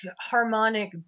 harmonic